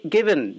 Given